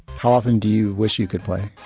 how often do you wish you could play?